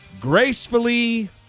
gracefully